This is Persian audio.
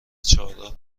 چهارراه